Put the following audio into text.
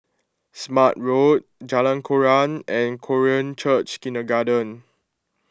Smart Road Jalan Koran and Korean Church Kindergarten